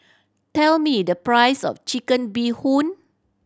tell me the price of Chicken Bee Hoon